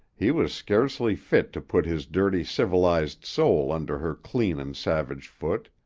he was scarcely fit to put his dirty civilized soul under her clean and savage foot.